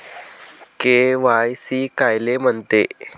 KYC कायले म्हनते?